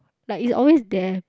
like it's always there